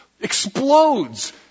explodes